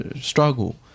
struggle